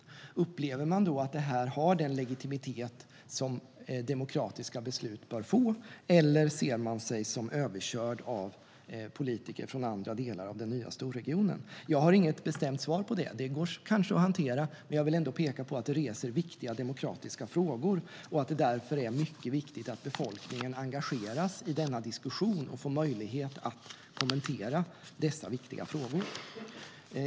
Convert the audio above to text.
Upplever man då att det har den legitimitet som demokratiska beslut bör få, eller ser man sig som överkörd av politiker från andra delar av den nya storregionen? Jag har inget bestämt svar på det. Det går kanske att hantera, men jag vill ändå peka på att det här väcker viktiga demokratiska frågor och att det därför är mycket viktigt att befolkningen engageras i denna diskussion och får möjlighet att kommentera dessa viktiga frågor.